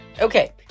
Okay